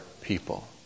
people